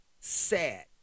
sad